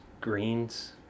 Greens